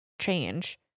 change